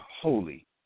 holy